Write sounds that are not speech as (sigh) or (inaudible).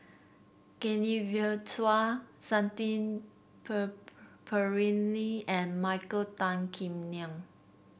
Genevieve Chua Shanti (unintelligible) Pereira and Michael Tan Kim Nei